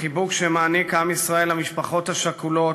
החיבוק שמעניק עם ישראל למשפחות השכולות,